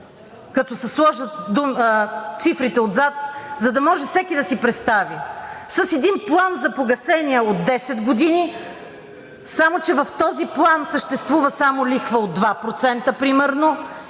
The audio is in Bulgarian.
като се сложат цифрите отзад, за да може всеки да си представи, с един план за погасяване от 10 години, само че в този план съществува само лихва от 2% примерно